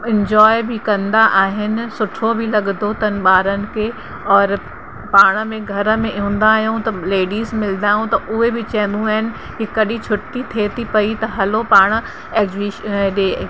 enjoy बि कंदा आहिनि सुठो बि लॻंदो अथनि ॿारनि खे और पाण में घर में हूंदा आहियूं त लेडीस मिलंदा आहियूं त उहे बि चवंदियूं आहिनि कि कॾहिं छुटी थिए थी पेई त हलो पाणि एग्ज़िबि हेॾे